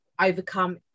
overcome